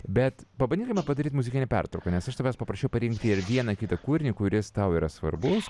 bet pabandykime padaryti muzikinę pertrauką nes aš tavęs paprašiau parinkti ir vieną kitą kūrinį kuris tau yra svarbus